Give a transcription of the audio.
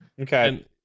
Okay